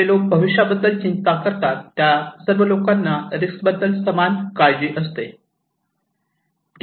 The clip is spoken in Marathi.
जे लोक भविष्याबद्दल चिंता करतात त्या लोकांना सर्व प्रकारच्या रिस्क बद्दल समान काळजी असते